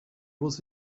was